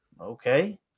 okay